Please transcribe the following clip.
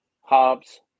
Hobbs